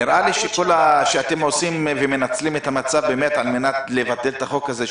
נראה לי שאתם מנצלים את המצב על מנת לבטל את החוק הזה,